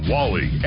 Wally